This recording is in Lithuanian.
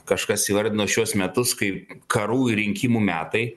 kažkas įvardino šiuos metus kai karų ir rinkimų metai